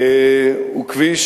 הוא כביש